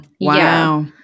Wow